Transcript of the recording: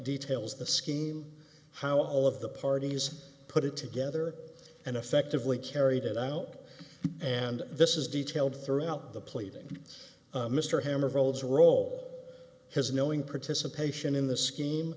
details the scheme how all of the parties put it together and effectively carried it out and this is detailed throughout the pleading mr hammer folds role his knowing participation in the scheme